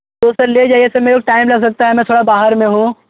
तो सर ले जाइए सर मेरे को टाइम लग सकता है मैं थोड़ा बाहर में हूँ